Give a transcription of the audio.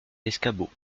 l’escabeau